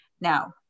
Now